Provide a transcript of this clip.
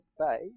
stay